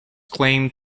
claim